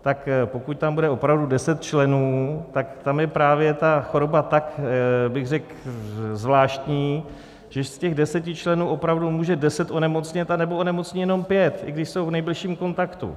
Tak pokud tam bude opravdu deset členů, tam je právě ta choroba tak řekl bych zvláštní, že z těch deseti členů opravdu může deset onemocnět, anebo onemocní jenom pět, i když jsou v nejbližším kontaktu.